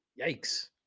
yikes